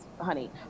honey